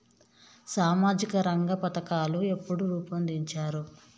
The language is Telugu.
సామాజిక రంగ పథకాలు ఎప్పుడు రూపొందించారు?